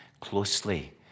closely